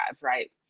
right